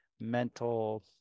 mental